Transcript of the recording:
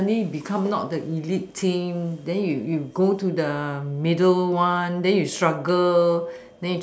you suddenly become not the elite team then you you go to the middle one then you struggle